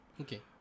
Okay